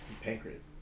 pancreas